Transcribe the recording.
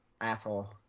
Asshole